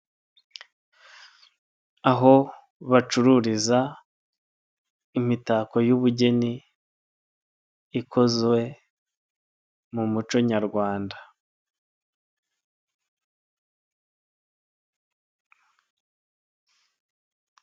Aho bacururiza imitako y'ubugeni ikozwe mu muco Nyarwanda.